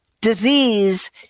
disease